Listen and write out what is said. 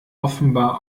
offenbar